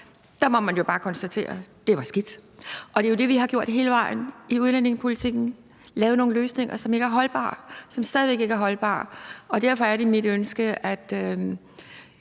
Der må man jo bare konstatere, at det var skidt. Og det er det, vi har gjort hele vejen i udlændingepolitikken: Vi har lavet nogle løsninger, som ikke var holdbare, og som stadig ikke er holdbare. Derfor er det mit ønske, at